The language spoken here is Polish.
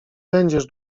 będziesz